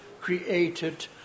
created